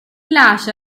lascia